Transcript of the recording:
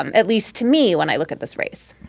um at least to me, when i look at this race